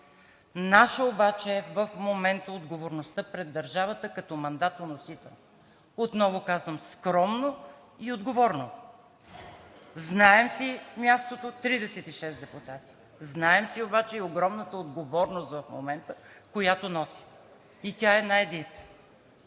Наша обаче е в момента отговорността пред държавата като мандатоносител, отново казвам: скромно и отговорно, знаем си мястото – 36 депутати. Знаем обаче и огромната отговорност в момента, която носим, и тя е една единствена